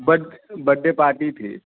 बथ birthday party थी